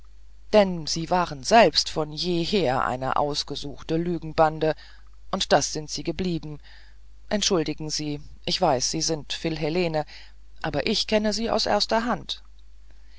denn sie waren selbst von jeher eine ausgesuchte lügnerbande und das sind sie geblieben entschuldigen sie ich weiß sie sind philhellene aber ich kenne sie aus erster hand